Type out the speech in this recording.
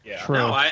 True